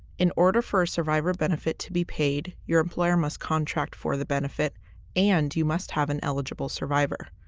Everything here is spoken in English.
in order for a survivor benefit to be paid, your employer must contract for the benefit and you must have an eligible survivor.